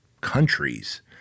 countries